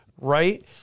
right